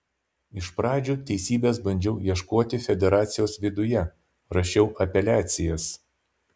iš pradžių teisybės bandžiau ieškoti federacijos viduje rašiau apeliacijas